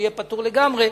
והוא יהיה פטור לגמרי.